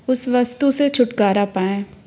उस वस्तु से छुटकारा पाएँ